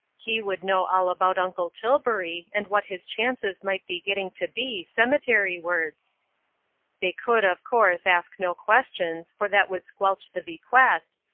he would know all about uncle tilbury and what his chances might be getting to be, cemeterywards. they could, of course, ask no questions, for that would squelch the bequest,